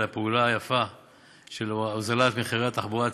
על הפעולה היפה של הוזלת מחירי התחבורה הציבורית.